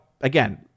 Again